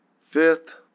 Fifth